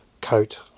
coat